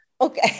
Okay